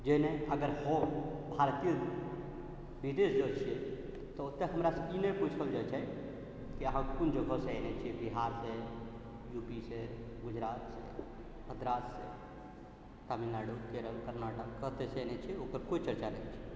जे नहि अगर हो भारतीय विदेश जाइ छै तऽ ओतऽ हमरासँ ई नहि पूछल जाइ छै कि अहाँ कोन जगहसँ आएलऽ छिए बिहारसँ यू पी सँ गुजरातसँ मद्राससँ तमिलनाडु केरल कर्नाटक कतऽसँ आएलऽ छिए ओकर कोइ चर्चा नहि